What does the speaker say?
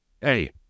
Hey